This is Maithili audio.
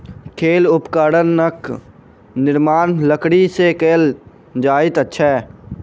खेल उपकरणक निर्माण लकड़ी से कएल जाइत अछि